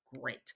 great